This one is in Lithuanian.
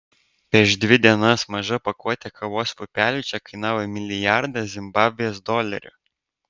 prieš dvi dienas maža pakuotė kavos pupelių čia kainavo milijardą zimbabvės dolerių